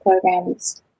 Programs